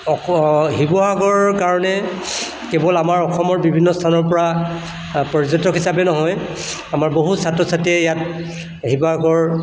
শিৱসাগৰৰ কাৰণে কেৱল আমাৰ অসমৰ বিভিন্ন স্থানৰপৰা পৰ্যটক হিচাপে নহয় আমাৰ বহু ছাত্ৰ ছাত্ৰীয়ে ইয়াত শিৱসাগৰ